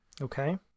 Okay